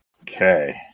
Okay